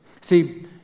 See